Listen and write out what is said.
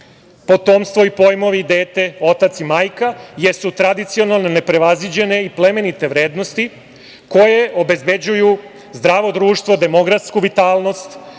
potomstvo i pojmovi – dete, otac i majka jesu tradicionalne, neprevaziđene i plemenite vrednosti koje obezbeđuju zdravo društvo, demografsku vitalnost